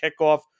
kickoff